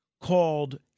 called